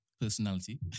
Personality